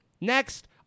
Next